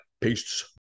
Peace